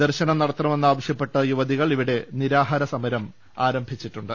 ദർശനം നടത്തണമെന്നാവശ്യപ്പെട്ട് യുവതികൾ ഇവിടെ നിരാഹാരസമരം ആരംഭിച്ചിട്ടുണ്ട്